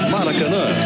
Maracanã